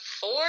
four